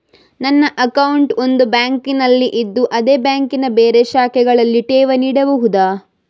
ನನ್ನ ಅಕೌಂಟ್ ಒಂದು ಬ್ಯಾಂಕಿನಲ್ಲಿ ಇದ್ದು ಅದೇ ಬ್ಯಾಂಕಿನ ಬೇರೆ ಶಾಖೆಗಳಲ್ಲಿ ಠೇವಣಿ ಇಡಬಹುದಾ?